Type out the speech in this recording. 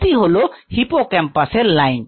এটি হলো হিপোক্যাম্পাস এর লাইন